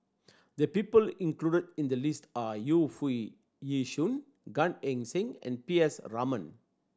the people included in the list are Yu Foo Yee Shoon Gan Eng Seng and P S Raman